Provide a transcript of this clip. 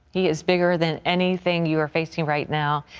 he is bigger than anything you are facing right now.